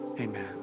Amen